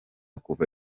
kuva